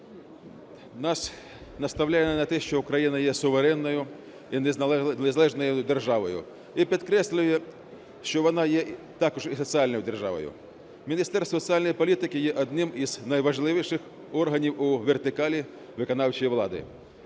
нас наставляє на те, що Україна є суверенною і незалежною державою, і підкреслює, що вона є також і соціальною державою. Міністерство соціальної політики є одним із найважливіших органів у вертикалі виконавчої влади.